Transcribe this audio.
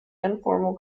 informal